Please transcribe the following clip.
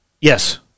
Yes